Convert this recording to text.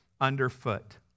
underfoot